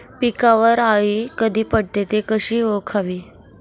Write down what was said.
पिकावर अळी कधी पडते, ति कशी ओळखावी?